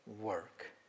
work